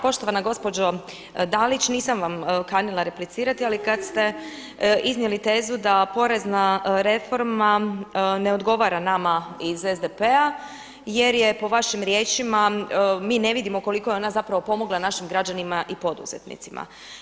Poštovana gospođo Dalić, nisam vam kanila replicirati ali kad ste iznijeli tezu da porezna reforma ne odgovara nama iz SDP-a jer je po vašim riječima mi ne vidimo koliko je ona zapravo pomogla našim građanima i poduzetnicima.